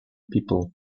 people